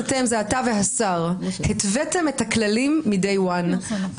אתה והשר התוויתם את הכללים מהיום הראשון.